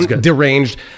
deranged